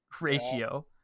ratio